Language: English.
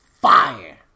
fire